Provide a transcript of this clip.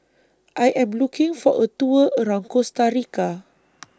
I Am looking For A Tour around Costa Rica